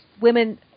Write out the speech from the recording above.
women